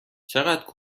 چقدر